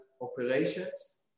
operations